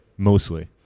Mostly